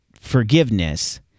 forgiveness